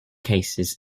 cases